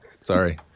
sorry